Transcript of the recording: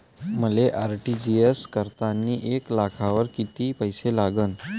मले आर.टी.जी.एस करतांनी एक लाखावर कितीक पैसे लागन?